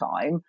time